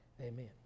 Amen